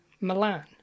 Milan